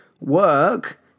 work